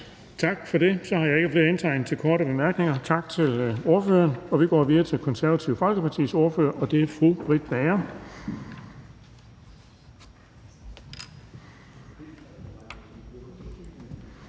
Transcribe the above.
Tak for det. Der er ikke flere indtegnet til korte bemærkninger. Tak til ordføreren. Og vi går videre til Det Konservative Folkepartis ordfører, og det er fru Britt Bager.